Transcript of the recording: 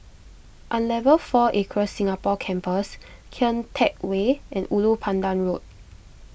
Unilever four Acres Singapore Campus Kian Teck Way and Ulu Pandan Road